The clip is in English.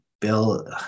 bill